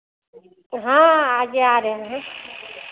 हाँ आजे आ रहे हैं